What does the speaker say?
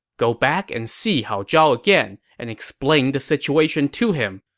go back and see hao zhao again and explain the situation to him.